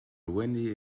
wenu